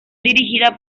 dirigida